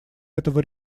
этого